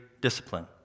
discipline